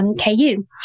KU